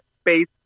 space